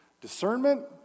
Discernment